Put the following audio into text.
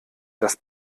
das